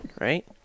right